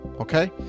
okay